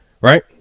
right